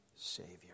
Savior